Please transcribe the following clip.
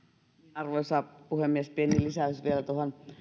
arvoisa puhemies pieni lisäys vielä tuohon